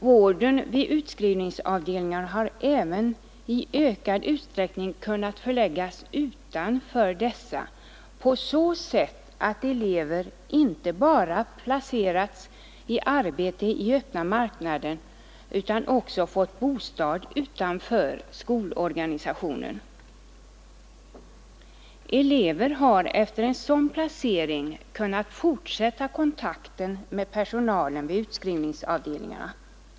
Vården vid utskrivningsavdelningarna har även i ökad utsträckning kunnat förläggas utanför dessa, på det sättet att elever inte bara har placerats i arbete i öppna marknaden utan även fått bostad utanför skolorganisationen. Elever har efter sådan placering kunnat fortsätta kontakten med personalen vid utskrivningsavdelningarna.